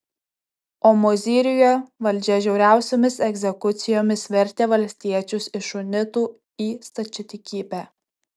o mozyriuje valdžia žiauriausiomis egzekucijomis vertė valstiečius iš unitų į stačiatikybę